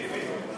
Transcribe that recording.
ביבי.